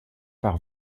par